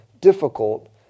difficult